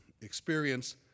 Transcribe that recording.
experience